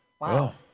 Wow